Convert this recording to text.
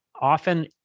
often